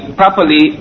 properly